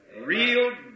Real